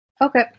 Okay